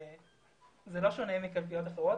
זה לא שונה מקלפיות אחרות,